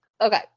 Okay